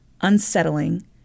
unsettling